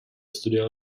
studera